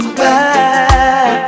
back